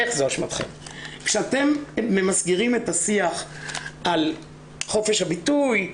כשאתם ממסגרים את השיח על חופש הביטוי,